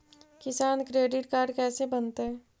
किसान credit card कैसे बनतै?